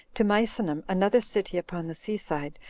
to misenum, another city upon the sea-side,